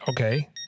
okay